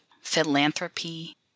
philanthropy